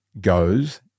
goes